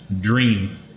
dream